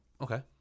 Okay